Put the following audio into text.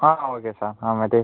ah okay sir அதுமேதி